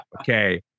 Okay